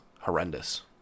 horrendous